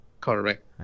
correct